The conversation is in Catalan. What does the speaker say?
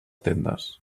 tendes